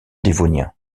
dévonien